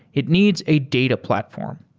it needs a data platform.